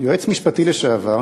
יועץ משפטי לשעבר,